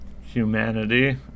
humanity